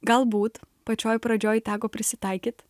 galbūt pačioj pradžioj teko prisitaikyt